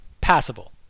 passable